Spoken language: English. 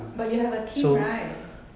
but you have a team right